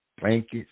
blankets